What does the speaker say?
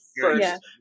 first